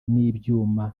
n’ibyuma